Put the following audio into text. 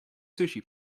sushi